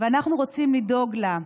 ואנחנו רוצים לדאוג לה.